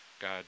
God